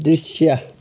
दृश्य